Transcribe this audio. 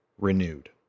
renewed